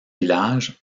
villages